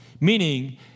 Meaning